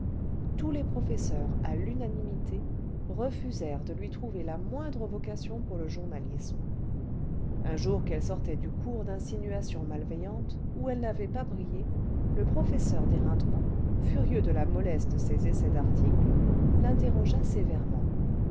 tous les professeurs à l'unanimité refusèrent de lui trouver la moindre vocation pour le journalisme un jour qu'elle sortait du cours dinsinuations nalvêillantes ohelle n'avait pas brillé le professeur d'éreintement furieux de la mollesse de ses essais d'articles l'interrogea sévèrement